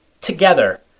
Together